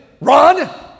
Run